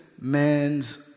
man's